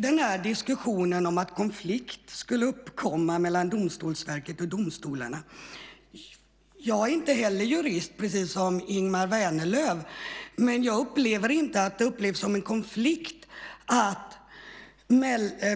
Det diskuteras att konflikt skulle uppkomma mellan Domstolsverket och domstolarna. Jag, precis som Ingemar Vänerlöv, är inte jurist, men jag tror inte att det upplevs som en konflikt